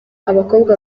abakobwa